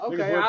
Okay